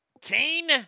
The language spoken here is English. Kane